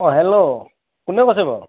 অঁ হেল্ল' কোনে কৈছে বাৰু